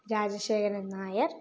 Rajasekharan Nair